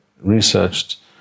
researched